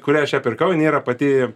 kurią aš ją pirkau nėra pati